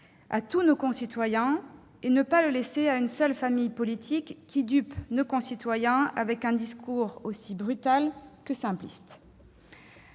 à tous nos concitoyens, et ne pas le laisser à une seule famille politique qui dupe nos concitoyens avec un discours aussi brutal que simpliste.